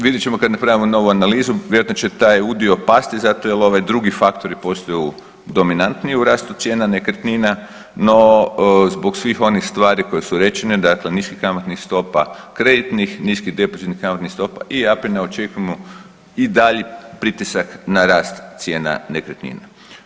Vidjet ćemo kada napravimo novu analizu, vjerojatno će taj udio pasti zato jel ovaj drugi faktori postaju dominantniji u rastu cijena nekretnina, no zbog svih onih stvari koje su rečene dakle niskih kamatnih stopa, kreditnih, niskih depozitnih kamatnih stopa i APN ne očekujemo i dalji pritisak na rast cijena nekretnina.